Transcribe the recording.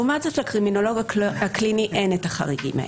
לעומת זאת לקרימינולוג הקליני אין את החריגים האלה.